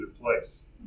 place